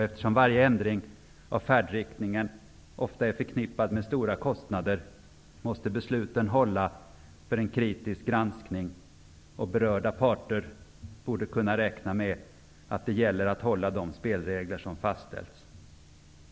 Eftersom ändringar av färdriktningen ofta är förknippade med stora kostnader måste besluten hålla för en kritisk granskning. Berörda parter borde kunna räkna med att de spelregler som har fastställts skall gälla.